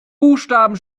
buchstaben